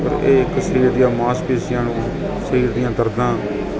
ਪਰ ਇਹ ਇੱਕ ਸਰੀਰ ਦੀਆਂ ਮਾਸਪੇਸ਼ੀਆਂ ਨੂੰ ਸਰੀਰ ਦੀਆਂ ਦਰਦਾਂ